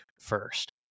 first